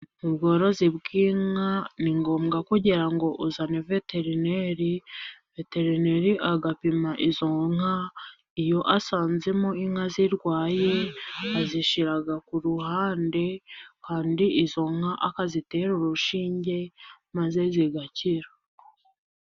Ubworozi bw'inka ni ngombwa kugira ngo uzane veterineri, veterineri agapima izo nka, iyo asanzemo inka zirwaye azishira ku ruhande, izo nka akazitera urushinge maze zigakira.